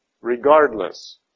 regardless